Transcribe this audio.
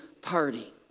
party